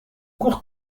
cours